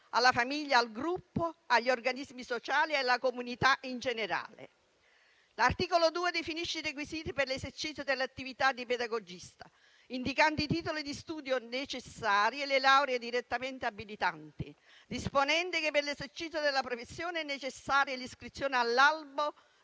alla famiglia, al gruppo, agli organismi sociali e alla comunità in generale. L'articolo 2 definisce i requisiti per l'esercizio dell'attività di pedagogista, indicando i titoli di studio necessari e le lauree direttamente abilitanti, disponendo che per l'esercito della professione è necessaria l'iscrizione all'albo